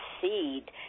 seed